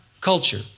culture